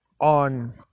on